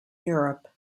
europe